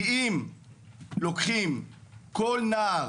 כי אם לוקחים כל נער